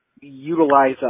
utilize